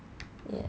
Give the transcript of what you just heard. ya